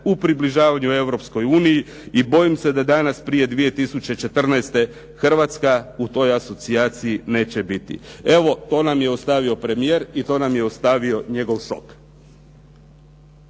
u približavanju Europskoj uniji. I bojim se da danas prije 2014. godine Hrvatska u toj asocijaciji neće biti. Evo to nam je ostavio premijer i to nam je ostavio njegov šok.